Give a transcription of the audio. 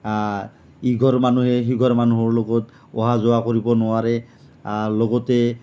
ইঘৰ মানুহে সিঘৰ মানুহৰ লগত অহা যোৱা কৰিব নোৱাৰে লগতে